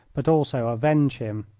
but also avenge him!